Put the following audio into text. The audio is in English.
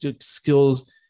skills